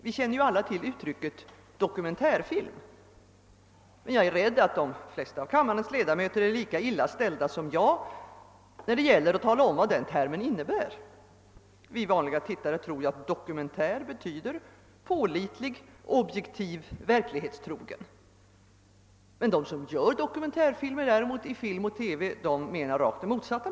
Vi känner alla till uttrycket dokumentärfilm, men jag är rädd för att de flesta av denna kammares ledamöter är lika illa ställda som jag när det gäller att tala om vad denna term innebär. Vi vanliga tittare tror nämligen att dokumentär betyder pålitlig, objektiv och verklighetstrogen, men de som gör dokumentärfilmer, producenterna inom film och TV, menar det rakt motsatta.